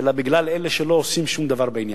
אלא בגלל אלה שלא עושים שום דבר בעניין".